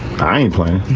high in play.